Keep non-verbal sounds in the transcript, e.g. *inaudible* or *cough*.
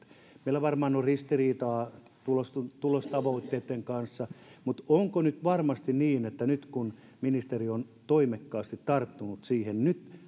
meillä varmaan on ristiriitaa tulostavoitteitten kanssa mutta onko nyt varmasti niin nyt kun ministeri on toimekkaasti tarttunut siihen ja nyt *unintelligible*